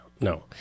No